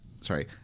sorry